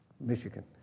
Michigan